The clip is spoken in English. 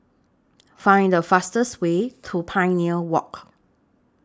Find The fastest Way to Pioneer Walk